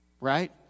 Right